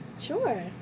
Sure